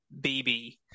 bb